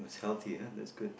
healthy ah that's good